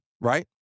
right